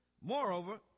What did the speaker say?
Moreover